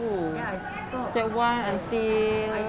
oh sec one until